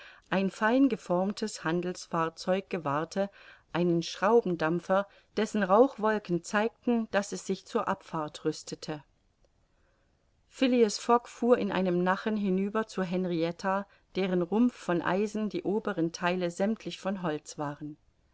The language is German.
ein feingeformtes handelsfahrzeug gewahrte einen schraubendampfer dessen rauchwolken zeigten daß es sich zur abfahrt rüstete phileas fogg fuhr in einem nachen hinüber zur henrietta deren rumpf von eisen die oberen theile sämmtlich von holz waren